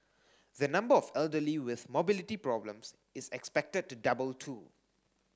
the number of elderly with mobility problems is expected to double too